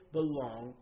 belong